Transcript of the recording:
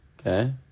Okay